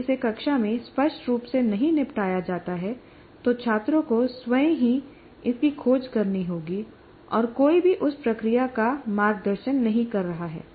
जब इसे कक्षा में स्पष्ट रूप से नहीं निपटाया जाता है तो छात्रों को स्वयं ही इसकी खोज करनी होगी और कोई भी उस प्रक्रिया का मार्गदर्शन नहीं कर रहा है